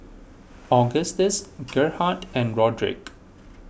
Augustus Gerhardt and Rodrick